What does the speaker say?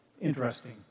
Interesting